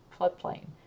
floodplain